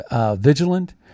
vigilant